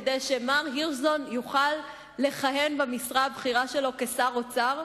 כדי שמר הירשזון יוכל לכהן במשרה הבכירה שלו כשר האוצר?